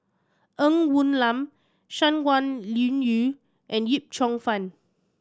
Ng Woon Lam Shangguan Liuyun and Yip Cheong Fun